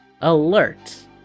alert